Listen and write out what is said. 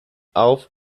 auf